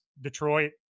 Detroit